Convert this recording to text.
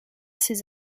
ses